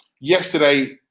Yesterday